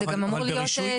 זה גם אמור להיות,